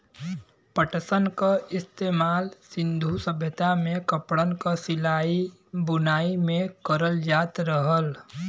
पटसन क इस्तेमाल सिन्धु सभ्यता में कपड़न क सिलाई बुनाई में करल जात रहल